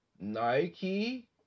Nike